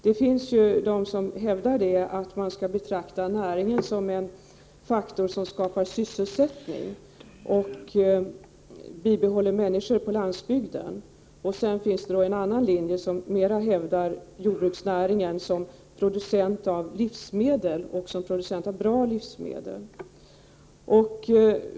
Det finns de som hävdar att man skall betrakta näringen som en faktor som skapar sysselsätttning och håller kvar människor på landsbygden. Sedan finns det de som hävdar jordbruksnäringen som producent av livsmedel, av bra livsmedel.